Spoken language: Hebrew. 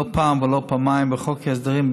לא פעם ולא פעמיים בחוק ההסדרים,